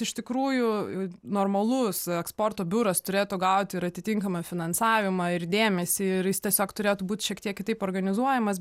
iš tikrųjų normalus eksporto biuras turėtų gauti ir atitinkamą finansavimą ir dėmesį ir jis tiesiog turėtų būti šiek tiek kitaip organizuojamas